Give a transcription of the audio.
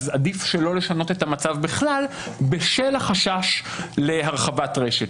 עדיף שלא לשנות את המצב בכלל בשל החשש להרחבת רשת.